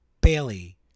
Bailey